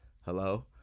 hello